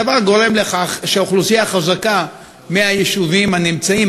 הדבר גורם לכך שאוכלוסייה חזקה מהיישובים הנמצאים,